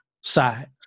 side